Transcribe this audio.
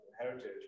heritage